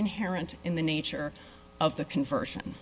inherent in the nature of the conversion